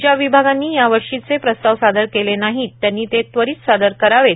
ज्या विभागांनी या वर्षीचे प्रस्ताव सादर केले नाहीत त्यांनी ते त्वरित सादर करावेत